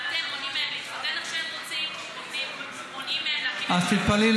ואתם מונעים מהם להתחתן איך שהם רוצים ומונעים מהם להקים את המשפחה